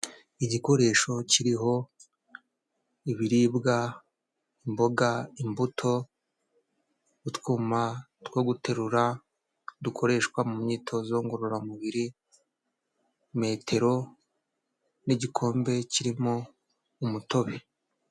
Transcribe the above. Igikoresho kiriho ibiribwa, imboga, imbuto, utwuma two guterura dukoreshwa mu myitozo ngorora mubiri, metero n'igikombe kirimo umutobe.